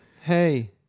hey